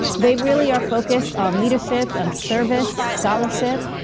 they really, are focused on leadership, and service, scholarship,